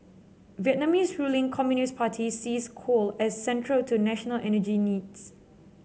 Vietnam's ruling Communist Party sees coal as central to national energy needs